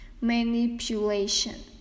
manipulation